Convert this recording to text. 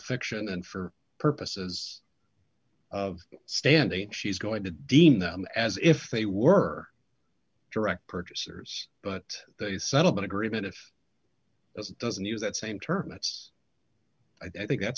fiction and for purposes of standing she's going to deem them as if they were direct purchasers but that a settlement agreement if it doesn't use that same term it's i think that's